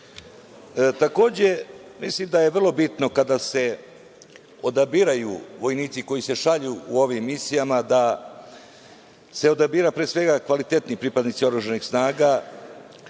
akciji. Takođe, mislim da je vrlo bitno kada se odabiraju vojnici koji se šalju u ove misije da se odabiraju pre svega kvalitetni pripadnici oružanih snaga,